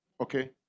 Okay